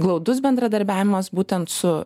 glaudus bendradarbiavimas būtent su